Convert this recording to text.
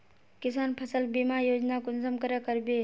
किसान फसल बीमा योजना कुंसम करे करबे?